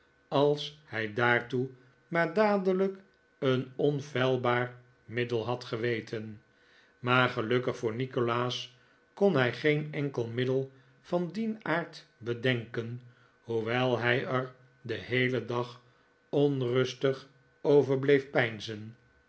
als hij daartoe maar dadelijk een onfeilbaar middel had geweten maar gelukkig voor nikolaas kon hij geen enkel middel van dien aard bedenken hoewel hij er den heelen dag onrustig over bleef